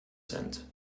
sind